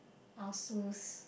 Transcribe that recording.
Asus